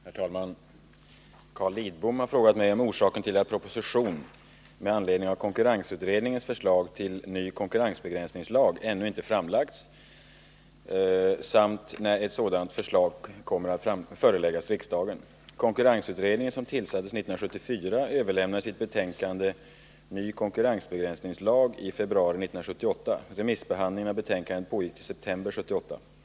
Herr talman! Carl Lidbom har frågat mig om orsaken till att proposition med anledning av konkurrensutredningens förslag till ny konkurrensbegränsningslag ännu inte framlagts samt när ett sådant förslag kommer att föreläggas riksdagen. Konkurrensutredningen, som tillsattes 1974, överlämnade i februari 1978 sitt betänkande Ny konkurrensbegränsningslag. Remissbehandlingen av betänkandet pågick till september 1978.